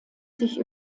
sich